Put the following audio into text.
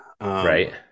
Right